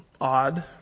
odd